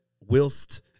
whilst